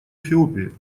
эфиопии